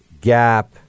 Gap